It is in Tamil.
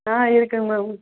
ஆ இருக்குங்க மேம்